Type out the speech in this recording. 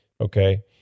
Okay